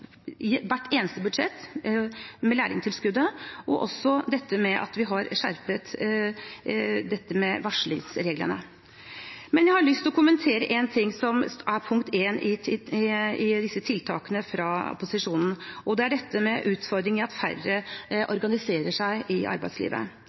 i hvert eneste budsjett, ved lærlingtilskuddet. Vi har også skjerpet varslingsreglene. Men jeg har lyst til å kommentere punkt 1 i tiltakene fra opposisjonen: utfordringen med at færre organiserer seg i arbeidslivet. Jeg er enig i at det er en utfordring, og at det kan svekke trepartssamarbeidet på sikt. Så dette